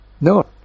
No